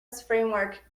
framework